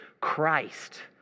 Christ